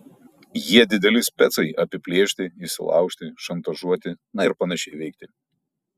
jie dideli specai apiplėšti įsilaužti šantažuoti na ir panašiai veikti